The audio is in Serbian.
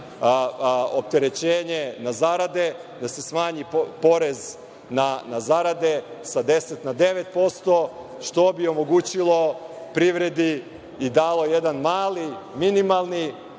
opterećenje na zarade, da se smanji porez na zarade sa 10 na 9%, što bi omogućilo privredi i dalo jedan mali minimalni,